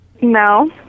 No